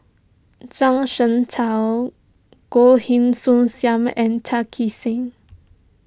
Zhuang Shengtao Goh Heng Soon Sam and Tan Kee Sek